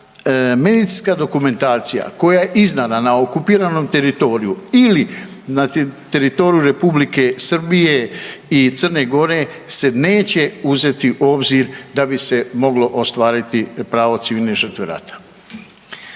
medicinska dokumentacija koja je izdana na okupiranom teritoriju ili na teritoriju Republike Srbije i Crne Gore se neće uzeti u obzir da bi se moglo ostvariti pravo civilne žrtve rata.